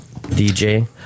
DJ